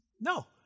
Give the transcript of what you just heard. No